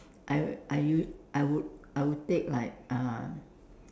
I will I us~ I would I would take like uh